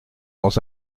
dans